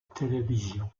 télévision